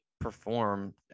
perform